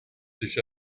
sich